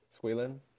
squealing